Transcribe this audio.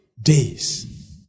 days